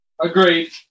Agreed